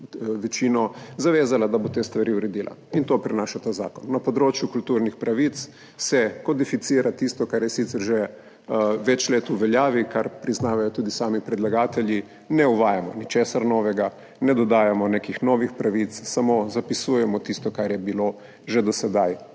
večino zavezala, da bo te stvari uredila, in to prinaša ta zakon. Na področju kulturnih pravic se kodificira tisto, kar je sicer že več let v veljavi, kar priznavajo tudi sami predlagatelji, ne uvajamo ničesar novega, ne dodajamo nekih novih pravic, samo zapisujemo tisto, kar je bilo že do sedaj